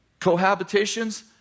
cohabitations